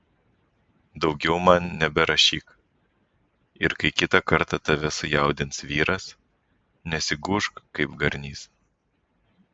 daugiau man neberašyk ir kai kitą kartą tave sujaudins vyras nesigūžk kaip garnys